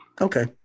Okay